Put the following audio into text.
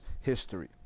history